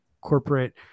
corporate